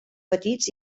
petits